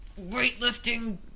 weightlifting